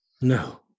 No